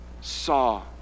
saw